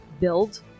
build